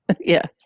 Yes